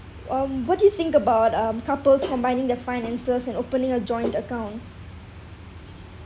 um what do you think about um couples combining their finances and opening a joint account